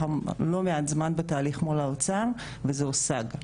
לא מעט זמן בתהליך מול האוצר וזה הושג.